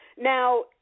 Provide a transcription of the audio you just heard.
Now